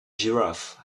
giraffe